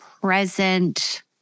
present